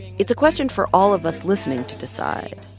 it's a question for all of us listening to decide,